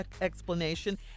explanation